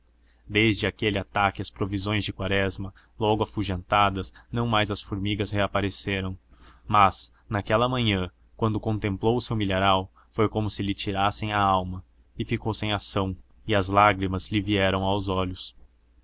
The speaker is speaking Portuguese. desde aquele ataque às provisões de quaresma logo afugentadas não mais as formigas reapareceram mas naquela manhã quando contemplou o seu milharal foi como se lhe tirassem a alma e ficou sem ação e as lágrimas lhe vieram aos olhos